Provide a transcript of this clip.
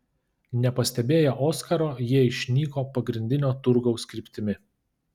nepastebėję oskaro jie išnyko pagrindinio turgaus kryptimi